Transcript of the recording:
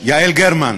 יעל גרמן,